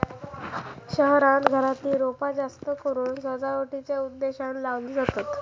शहरांत घरातली रोपा जास्तकरून सजावटीच्या उद्देशानं लावली जातत